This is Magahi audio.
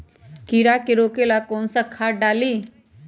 कीड़ा के रोक ला कौन सा खाद्य डाली?